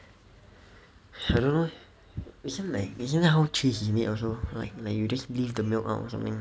I don't know isn't like isn't that how cheese is made also like you just leave the milk out or something